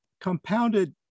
compounded